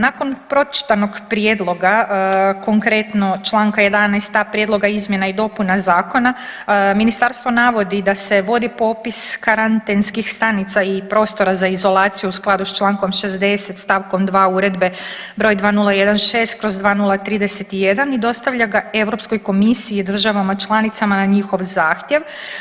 Nakon pročitanog prijedloga konkretno čl. 11.a prijedloga izmjena i dopuna zakona ministarstvo navodi da se vodi popis karantenskih stanica i prostora za izolaciju u skladu s čl. 60. st. 2. Uredbe 2016/2031 i dostavlja ga Europskoj komisiji i državama članicama na njihov zahtjev.